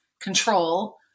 control